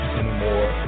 anymore